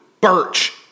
Birch